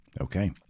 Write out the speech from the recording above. Okay